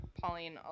Pauline